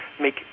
make